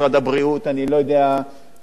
והנושא הזה של ההשפלה,